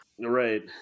Right